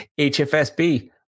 HFSB